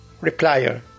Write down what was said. ...replier